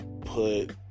put